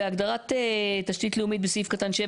בהגדרת תשתית לאומית בסעיף קטן (7)